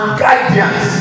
guidance